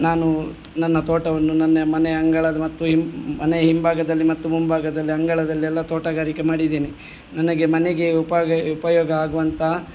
ನಾನು ನನ್ನ ತೋಟವನ್ನು ನನ್ನ ಮನೆ ಅಂಗಳದ ಮತ್ತು ಹಿ ಮನೆ ಹಿಂಭಾಗದಲ್ಲಿ ಮತ್ತು ಮುಂಭಾಗದಲ್ಲಿ ಅಂಗಳದಲ್ಲೆಲ್ಲ ತೋಟಗಾರಿಕೆ ಮಾಡಿದ್ದೀನಿ ನನಗೆ ಮನೆಗೆ ಉಪಾಗ ಉಪಯೋಗ ಆಗುವಂಥ